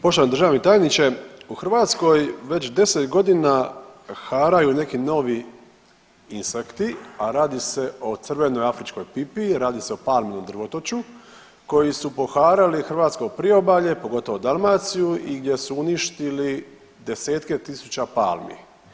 Poštovani državni tajniče, u Hrvatskoj već 10 godina haraju neki novi insekti a radi se o crvenoj afričkoj pipi, radi se o palminom drvotoču koji su poharali hrvatsko priobalje, pogotovo Dalmaciju i gdje su uništili desetke tisuća palmi.